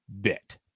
bit